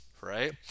right